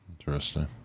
Interesting